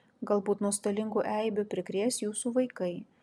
galbūt nuostolingų eibių prikrės jūsų vaikai